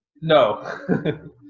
No